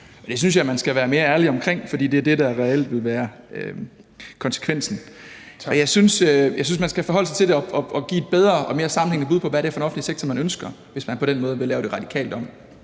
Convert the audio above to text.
det synes jeg man skal være mere ærlig omkring, for det er det, der reelt vil være konsekvensen. Og jeg synes, man skal forholde sig til det og give et bedre og mere sammenhængende bud på, hvad det er for en offentlig sektor, man ønsker, hvis man på den måde vil lave det radikalt om.